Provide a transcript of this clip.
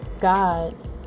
God